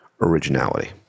originality